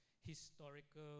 historical